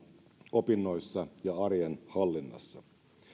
opinnoissa ja arjen hallinnassa